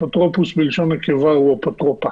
אפוטרופוס בלשון נקבה הוא אפוטרופא